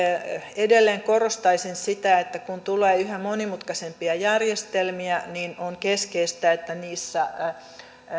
edelleen korostaisin sitä että kun tulee yhä monimutkaisempia järjestelmiä niin on keskeistä että niissä